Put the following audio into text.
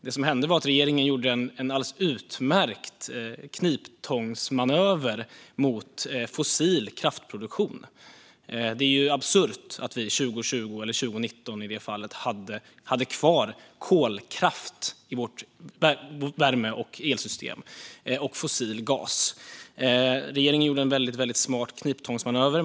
Det som hände var att regeringen gjorde en alldeles utmärkt kniptångsmanöver mot fossil kraftproduktion. Det är ju absurt att vi år 2019 skulle ha kvar kolkraft och fossilgas i vårt värme och elsystem. Regeringen gjorde en smart kniptångsmanöver.